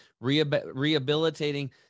rehabilitating